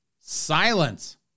Silence